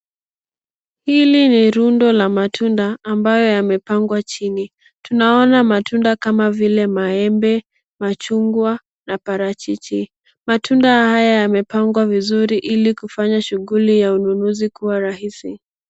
Hili ni rundo la matunda ambayo yamepangwa chini, tunaona matunda kama vile maembe, machungwa na parachichi. Matunda haya yamepangwa vizuri ili kufanya shughuli ya ununuzi kuwa rahisi.